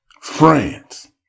France